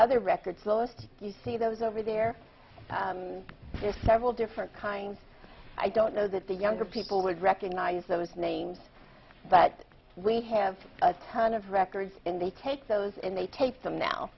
other records lowest you see those over there is several different kinds i don't know that the younger people would recognize those names but we have a ton of records and they take those in they take them now